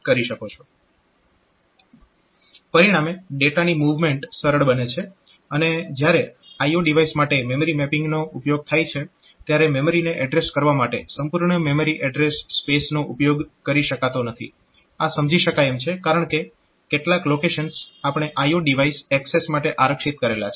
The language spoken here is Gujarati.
પરિણામે ડેટાની મૂવમેન્ટ સરળ બને છે અને જ્યારે IO ડિવાઇસ માટે મેમરી મેપિંગનો ઉપયોગ થાય છે ત્યારે મેમરીને એડ્રેસ કરવા માટે સંપૂર્ણ મેમરી એડ્રેસ સ્પેસનો ઉપયોગ કરી શકાતો નથી આ સમજી શકાય એમ છે કારણકે કેટલાક લોકેશન્સ આપણે IO ડિવાઇસ એક્સેસ માટે આરક્ષિત કરેલા છે